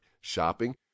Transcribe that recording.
shopping